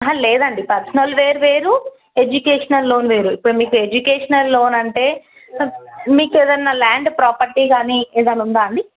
లేదండి పర్సనల్ వేర్ వేరు ఎడ్యుకేషనల్ లోన్ వేరు ఇప్పుడు మీకు ఎడ్యుకేషనల్ లోన్ అంటే మీకు ఏదైన ల్యాండ్ ప్రాపర్టీ కానీ ఏదన్న ఉందా అండి